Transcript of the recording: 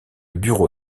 bureau